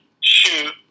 shoot